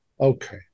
Okay